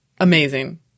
amazing